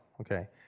Okay